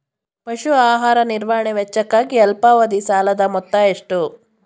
ಪಶು ಆಹಾರ ನಿರ್ವಹಣೆ ವೆಚ್ಚಕ್ಕಾಗಿ ಅಲ್ಪಾವಧಿ ಸಾಲದ ಮೊತ್ತ ಎಷ್ಟು?